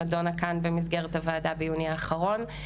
היא נדונה כאן במסגרת הוועדה ביוני האחרון.